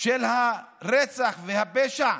של הרצח והפשע,